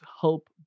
help